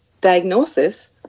diagnosis